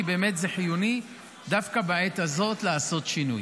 כי באמת זה חיוני דווקא בעת הזאת לעשות שינוי.